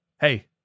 hey